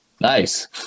nice